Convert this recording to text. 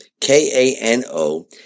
K-A-N-O